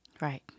Right